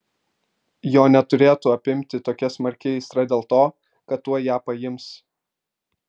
jo neturėtų apimti tokia smarki aistra dėl to kad tuoj ją paims